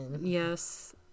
Yes